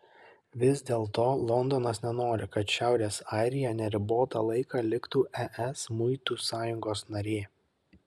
vis dėlto londonas nenori kad šiaurės airija neribotą laiką liktų es muitų sąjungos narė